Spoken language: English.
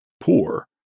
poor